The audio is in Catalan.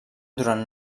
durant